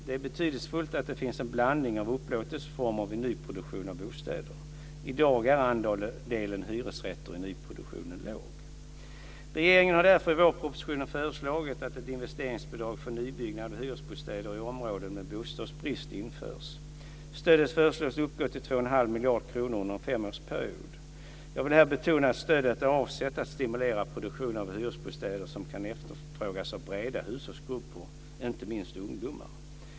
Det är betydelsefullt att det finns en blandning av upplåtelseformerna vid nyproduktion av bostäder. I dag är andelen hyresrätter i nyproduktionen liten. Regeringen har därför i vårpropositionen föreslagit att ett investeringsbidrag för nybyggnad av hyresbostäder i områden med bostadsbrist införs. Stödet föreslås uppgå till 2,5 miljarder kronor under en femårsperiod. Jag vill här betona att stödet är avsett att stimulera produktion av hyresbostäder som kan efterfrågas av bredare hushållsgrupper, inte minst ungdomar.